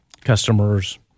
customers